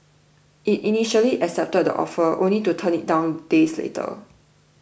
it initially accepted the offer only to turn it down days later